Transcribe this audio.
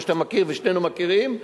מה שאתה מכיר ושנינו מכירים,